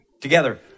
together